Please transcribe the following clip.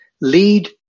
lead